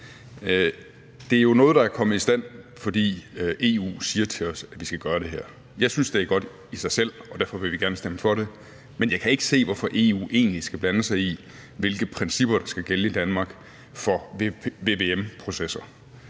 det jo er noget, der er kommet i stand, fordi EU siger til os, at vi skal gøre det her. Jeg synes, det er godt i sig selv, og derfor vil vi gerne stemme for det. Men jeg kan ikke se, hvorfor EU egentlig skal blande sig i, hvilke principper for vvm-processer,